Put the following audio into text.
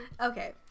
Okay